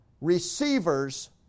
receivers